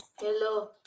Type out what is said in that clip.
Hello